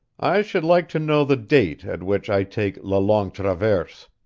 i should like to know the date at which i take la longue traverse.